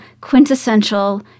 quintessential